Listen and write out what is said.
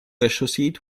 associate